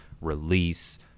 release